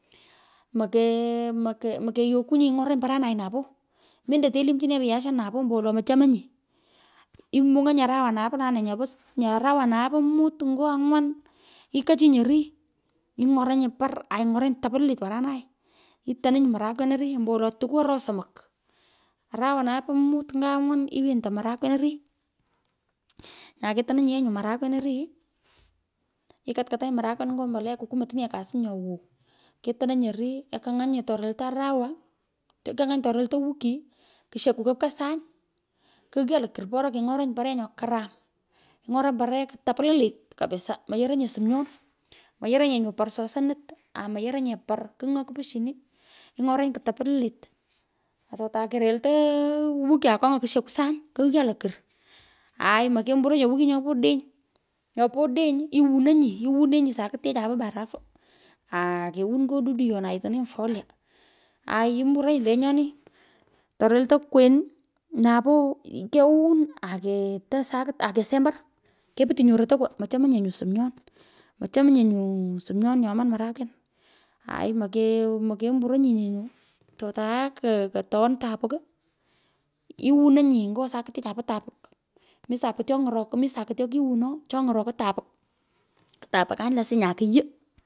Moneyokuny, ng’oranyi, paranoi napoo, mendo telimachinenyi piasian napoo ombowolo mchomnye, imung’onyi arawanue po nane, nyopo, arawanae po omut koo anywan, ikchinyi orii iny’oranyi par ainy’oranyi kuptaplitit paranai itononyi marakwian ompowolo tukuu aro somok arawanae po omur nko anywan tonnyi marakwen ompowolo tukuu aroo somok, ara wanae po mut cho ongwan iwenyi ito marakwen orii, ikutkatanyi, marakwen nkoo mbolea kukumotinanye kaas nyoo bwow ketononyi orii, kekang’anyi, atoreltoi arawa kekanyanyi, ato relto wikii kushako kuukwa sany, kighaa lokur bora king’oranyi pare nyoo karam, kiny'oranyi paree ktaplilit kapsa, moyerenye sumyon moyerenye parr sosonot amoyerenye purr kugh nyoo kipishini, iny’oranyi, kutaplilit. Atotai kerelto wiki, akong’a koshokwo sany kghaa lokur, aai mokembunyee wiki nyopo odeny nyopo odeny iwunenyi, sakitiechai po barufu. akewon nyo dudoyon, aitenenyi folia, aai imburonyi, lenyoni, atoreltoi kween napoo kewoon aketo sakit akesombar keputyo nyu rotokwo mochemaye nyo somyoon, mochemnye nyu somyoon nyooman marakwan aai moke mkembrony nyengo atotae kikutowan tapuk iwunonyi nkoo bakitrechae po tapuk miii sakit cho ng'orokoi, mii sakit cho kiuno cho ny’rokoi, tapuk tapuknini lasiny akuyuu.